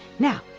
now,